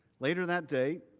later that day